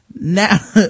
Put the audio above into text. now